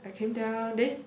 I came down then